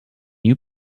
you